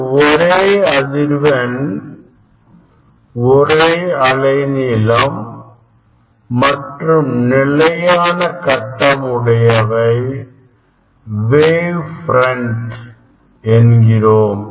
இந்த ஒரே அதிர்வெண் ஒரே அலை நீளம் மற்றும் நிலையான கட்டம் உடையவை wave front என்கிறோம்